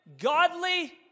godly